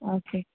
okay